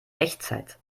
echtzeit